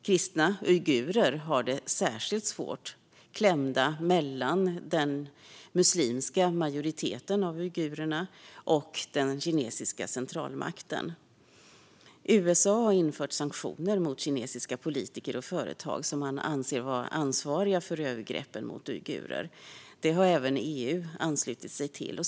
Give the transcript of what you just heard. Kristna uigurer har det särskilt svårt - de är klämda mellan den muslimska majoriteten av uigurerna och den kinesiska centralmakten. USA har infört sanktioner mot kinesiska politiker och företag som man anser vara ansvariga för övergreppen mot uigurer. Detta har även EU anslutit sig till.